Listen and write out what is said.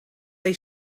they